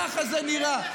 ככה זה נראה.